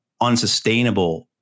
unsustainable